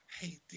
hey